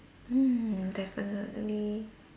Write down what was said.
mm definitely